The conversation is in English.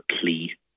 plea